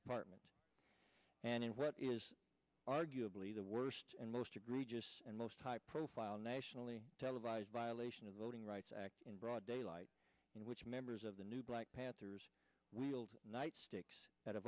department and in what is arguably the worst and most egregious and most high profile nationally televised violation of voting rights act in broad daylight in which members of the new black panthers wield nightsticks at a